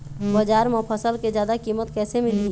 बजार म फसल के जादा कीमत कैसे मिलही?